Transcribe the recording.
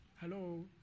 Hello